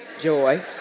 joy